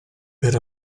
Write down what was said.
per